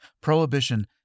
Prohibition